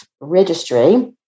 registry